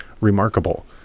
remarkable